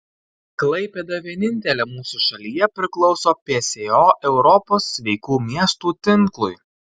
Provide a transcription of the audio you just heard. klaipėda vienintelė mūsų šalyje priklauso pso europos sveikų miestų tinklui